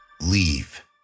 Leave